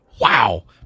wow